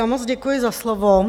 Moc děkuji za slovo.